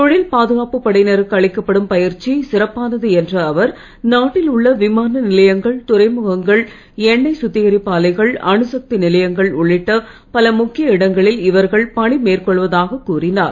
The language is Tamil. தொழில் பாதுகாப்புப் படையினருக்கு அளிக்கப்படும் பயிற்சி சிறப்பானது என்ற அவர் நாட்டில் உள்ள விமான நிலையங்கள் துறைமுகங்கள் எண்ணெய் சுத்திகரிப்பு ஆலைகள் அணுசக்தி நிலையங்கள் உள்ளிட்ட பல முக்கிய இடங்களில் இவர்கள் பணி மேற்கொள்வதாகக் கூறினார்